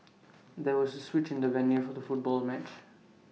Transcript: there was A switch in the venue for the football match